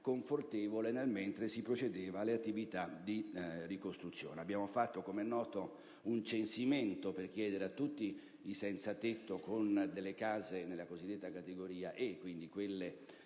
confortevole mentre si procedeva alle attività di ricostruzione. Abbiamo fatto, come è noto, un censimento per chiedere a tutti i senzatetto con case che rientravano nella cosiddetta categoria E (quelle